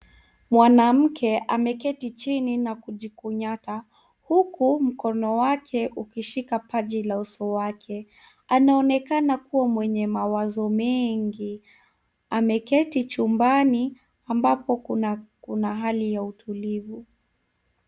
Mwanamke ameketi chini na kujikunyata huku mkono wake ukishika paji la uso wake, anaonekana kua mwenye mawazo mengi, ameketi chumbani ambapo kuna hali ya tulivu.